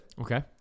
Okay